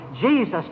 Jesus